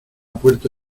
puerta